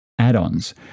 add-ons